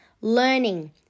learning